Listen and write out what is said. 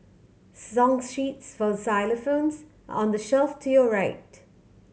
song sheets for xylophones on the shelf to your right